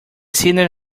sinner